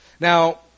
Now